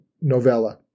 novella